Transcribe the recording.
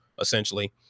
essentially